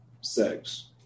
sex